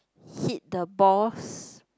hit the balls